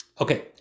Okay